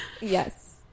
yes